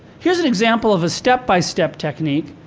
here's an example of a step-by-step technique.